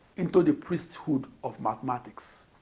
into the priesthood of mathematics.